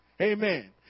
Amen